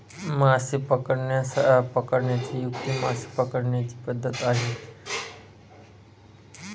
मासे पकडण्याची युक्ती मासे पकडण्याची पद्धत आहे